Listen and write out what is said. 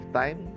time